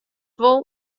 wol